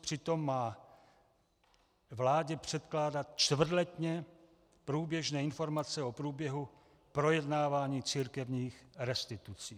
Přitom má vládě předkládat čtvrtletně průběžné informace o průběhu projednávání církevních restitucí.